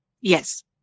Yes